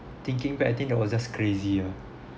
thinking back I think that was just crazy ah